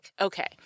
okay